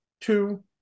two